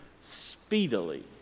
speedily